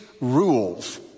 rules